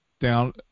down